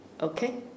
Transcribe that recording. Okay